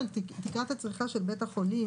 אני חושב שלרוב האנשים